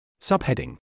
Subheading